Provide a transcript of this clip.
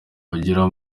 ugira